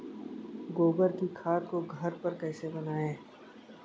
गोबर की खाद को घर पर कैसे बनाएँ?